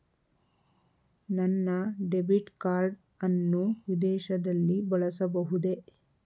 ನನ್ನ debit card ಅನ್ನು ವಿದೇಶದಲ್ಲಿ ಬಳಸಬಹುದೇ?